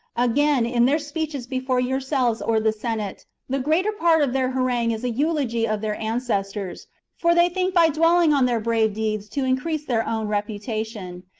again, in their speeches before yourselves or the senate, the greater part of their harangue is a eulogy of their ancestors for they think by dwelling on their brave deeds to increase their own reputation.